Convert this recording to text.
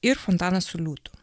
ir fontanas su liūtu